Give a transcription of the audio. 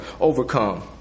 overcome